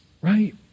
right